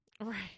Right